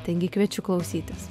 taigi kviečiu klausytis